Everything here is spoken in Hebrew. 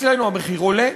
אצלנו המחיר עולה.